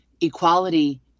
equality